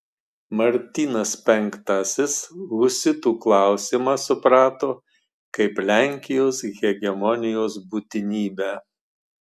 martynas penktasis husitų klausimą suprato kaip lenkijos hegemonijos būtinybę